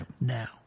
now